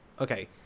okay